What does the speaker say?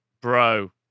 Bro